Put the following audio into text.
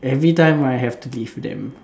every time I have to leave them